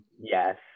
yes